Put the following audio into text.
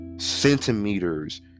centimeters